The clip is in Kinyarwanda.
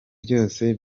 byose